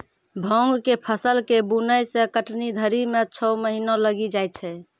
भाँग के फसल के बुनै से कटनी धरी मे छौ महीना लगी जाय छै